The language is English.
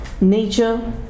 Nature